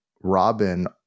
Robin